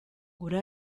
gure